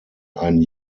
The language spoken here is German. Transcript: ein